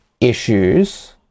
issues